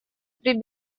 при